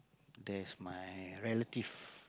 there's my relative